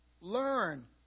Learn